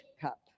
cup